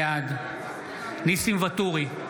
בעד ניסים ואטורי,